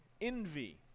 envy